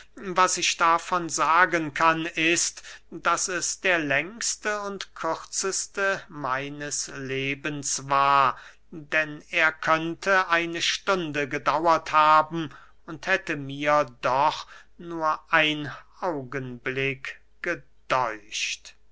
was ich davon sagen kann ist daß es der längste und kürzeste meines lebens war denn er könnte eine stunde gedauert haben und hätte mir doch nur ein augenblick gedäucht